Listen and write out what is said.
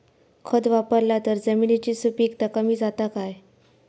खत वापरला तर जमिनीची सुपीकता कमी जाता काय?